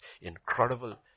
incredible